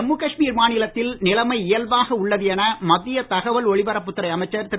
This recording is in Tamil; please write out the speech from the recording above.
ஜம்மு காஷ்மீர் மாநிலத்தில் நிலமைஎல்லாமே இயல்பாக உள்ளது என மத்திய தகவல் ஒலிபரப்புத் துறை அமைச்சர் திரு